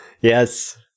Yes